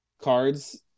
cards